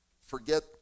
forget